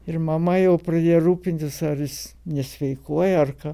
ir mama jau pradėjo rūpintis ar jis nesveikuoja ar ką